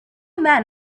men